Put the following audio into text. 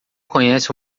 conhece